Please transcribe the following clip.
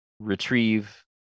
retrieve